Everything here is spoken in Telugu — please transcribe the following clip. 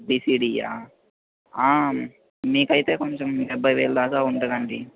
బీసీడిఆ మీకు అయితే కొంచం డెబ్బై వేలు దాకా ఉంటుందండి